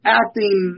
acting